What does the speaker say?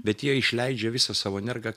bet jie išleidžia visą savo energiją